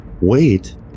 Wait